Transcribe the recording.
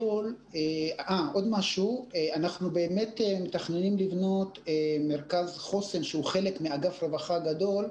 אנחנו מתכננים לבנות מרכז חוסן שהוא חלק מאגף רווחה גדול,